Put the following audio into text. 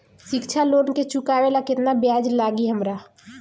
शिक्षा लोन के चुकावेला केतना ब्याज लागि हमरा?